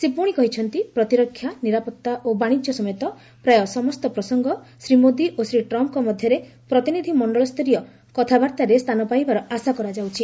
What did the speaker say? ସେ ପୁଣି କହିଛନ୍ତି ପ୍ରତିରକ୍ଷା ନିରାପତ୍ତା ଓ ବାଣିଜ୍ୟ ସମେତ ପ୍ରାୟ ସମସ୍ତ ପ୍ରସଙ୍ଗ ଶ୍ରୀ ମୋଦି ଓ ଶ୍ରୀ ଟ୍ରମ୍ପଙ୍କ ମଧ୍ୟରେ ପ୍ରତିନିଧି ମଣ୍ଡଳସ୍ତରୀୟ କଥାବାର୍ତ୍ତାରେ ସ୍ଥାନ ପାଇବାର ଆଶା କରାଯାଉଛି